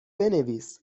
بنویس